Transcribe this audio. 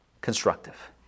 constructive